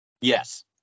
Yes